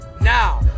Now